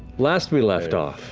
last we left off,